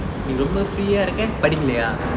நீ ரொம்ப:nee romba free ah இருக்க படிக்கெலயா:irukka padikleyaa